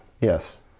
Yes